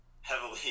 heavily